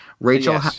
Rachel